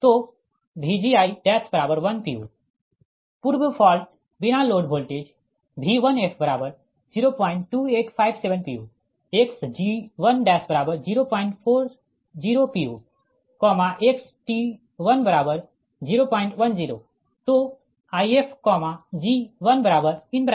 तो Vgi10 pu पूर्व fault बिना load voltage V1f02857 pu xg1040 pu xT1010